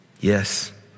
Yes